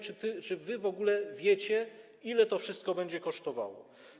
Czy w ogóle wiecie, ile to wszystko będzie kosztowało?